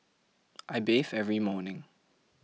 I bathe every morning